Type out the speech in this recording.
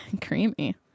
Creamy